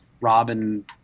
Robin